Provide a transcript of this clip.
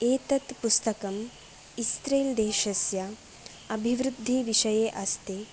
एतत् पुस्तकम् इस्रेल् देशस्य अभिवृद्धिविषये अस्ति